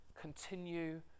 continue